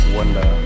wonder